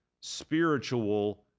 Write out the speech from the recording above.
spiritual